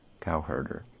cowherder